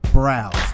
Browse